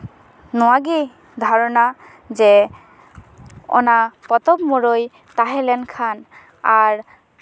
ᱱᱚᱣᱟᱜᱮ ᱫᱷᱟᱨᱚᱱᱟ ᱡᱮ ᱚᱱᱟ ᱯᱚᱛᱚᱵ ᱢᱩᱨᱟᱹᱭ ᱛᱟᱦᱮᱸ ᱞᱮᱱᱠᱷᱟᱱ ᱟᱨ